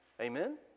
Amen